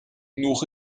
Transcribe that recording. nous